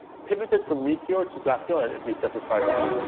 pivoted from meteor to graphql at at least that's as far as i know.